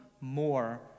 more